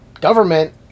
government